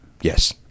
Yes